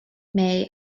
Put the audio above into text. may